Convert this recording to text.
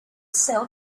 sell